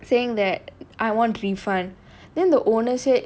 saying that I want to refund then the owner said